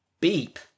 Beep